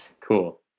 cool